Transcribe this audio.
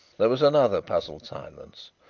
there was another puzzled silence.